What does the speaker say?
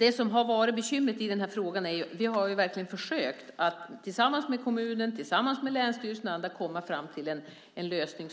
Herr talman! Bekymret i den här frågan är att det inte har gått att komma fram till en förhandlingslösning tillsammans med kommunen, länsstyrelsen och andra, trots att vi verkligen